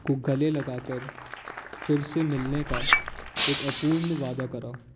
को गले लगाकर फिर से मिलने का एक अपूर्ण वादा करा